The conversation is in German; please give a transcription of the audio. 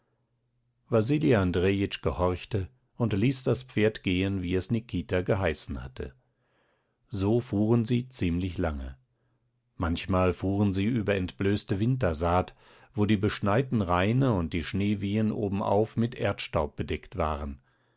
wasili andrejitsch gehorchte und ließ das pferd gehen wie es nikita geheißen hatte so fuhren sie ziemlich lange manchmal fuhren sie über entblößte wintersaat wo die beschneiten raine und die schneewehen obenauf mit erdstaub bedeckt waren